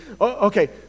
Okay